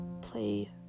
play